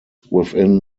within